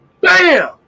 bam